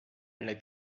les